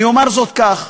אני אומר זאת כך: